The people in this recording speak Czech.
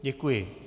Děkuji.